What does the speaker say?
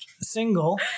single